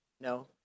No